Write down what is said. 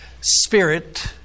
Spirit